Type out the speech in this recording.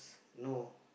no